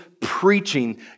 preaching